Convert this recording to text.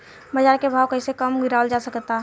बाज़ार के भाव कैसे कम गीरावल जा सकता?